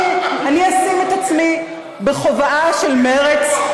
אני אשים את עצמי בכובעה של מרצ,